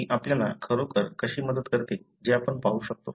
ती आपल्याला खरोखर कशी मदत करते जे आपण पाहू शकतो